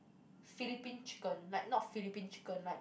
Philippine chicken like not Philippine chicken like